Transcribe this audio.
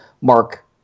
Mark